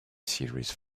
series